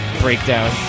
Breakdown